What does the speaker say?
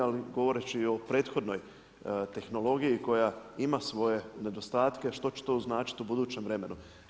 Ali govoreći i o prethodnoj tehnologiji koja ima svoje nedostatke što će to značiti u budućem vremenu.